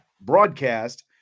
broadcast